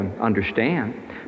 understand